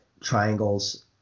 triangles